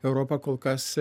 europa kol kas